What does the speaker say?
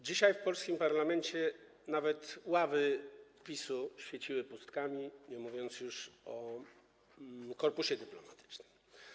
Dzisiaj w polskim parlamencie nawet ławy PiS-u świeciły pustkami, nie mówiąc już o korpusie dyplomatycznym.